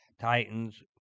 Titans